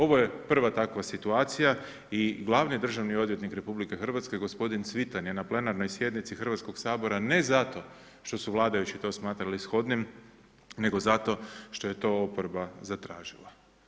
Ovo je prva takva situacija i glavni državni odvjetnik RH, gospodin Cvitan je na plenarnoj sjednici Hrvatskog sabora ne zato što su vladajući to smatrali shodnim, nego zato što je to oporba zatražila.